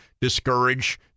discourage